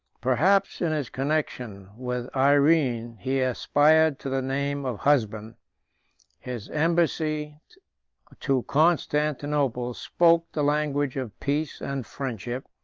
perhaps in his connection with irene he aspired to the name of husband his embassy to constantinople spoke the language of peace and friendship,